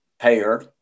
payer